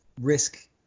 risk